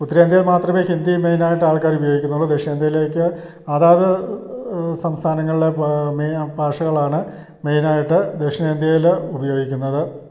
ഉത്തരേന്ത്യയിൽ മാത്രമേ ഹിന്ദി മെയിനായിട്ട് ആൾക്കാർ ഉപയോഗിക്കുന്നുള്ളു ദക്ഷിണേന്ത്യയിലേക്ക് അതാത് സംസ്ഥാനങ്ങളിലെ ഭാഷകളാണ് മെയിനായിട്ട് ദക്ഷിണേന്ത്യയിൽ ഉപയോഗിക്കുന്നത്